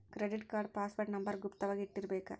credit card password number ಗುಪ್ತ ವಾಗಿ ಇಟ್ಟಿರ್ಬೇಕ